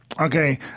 Okay